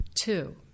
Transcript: Two